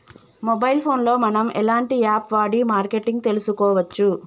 Mobile phone లో మనం ఎలాంటి యాప్ వాడి మార్కెటింగ్ తెలుసుకోవచ్చు?